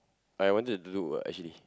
I wanted to do what actually